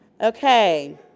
okay